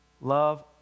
Love